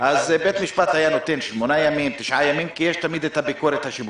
בית המשפט היה נותן שמונה-תשעה ימים כי יש תמיד את הביקורת השיפוטית.